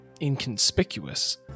inconspicuous